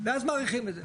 ואז מאריכים את זה.